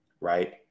right